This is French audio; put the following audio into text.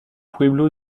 pueblo